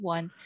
One